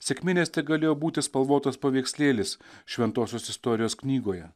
sekminės tegalėjo būti spalvotas paveikslėlis šventosios istorijos knygoje